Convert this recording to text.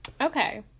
Okay